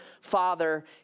father